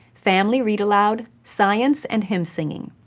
family read-aloud, science, and hymn singing.